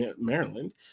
Maryland